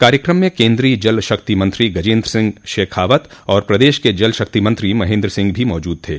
कार्यक्रम में केन्द्रीय जल शक्ति मंत्री गजेन्द्र सिंह शेखावत और प्रदेश के जल शक्ति मंत्री महेन्द्र सिंह भी मौजूद थे